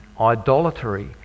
idolatry